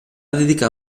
dedicar